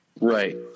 Right